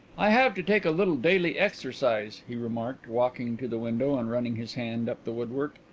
i have to take a little daily exercise, he remarked, walking to the window and running his hand up the woodwork.